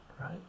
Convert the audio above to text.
right